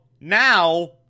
now